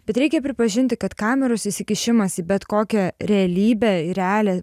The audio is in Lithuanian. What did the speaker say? bet reikia pripažinti kad kameros įsikišimas į bet kokią realybę į realią